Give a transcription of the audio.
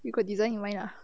you got design in mind ah